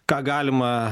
ką galima